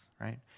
right